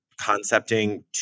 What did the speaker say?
concepting